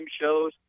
shows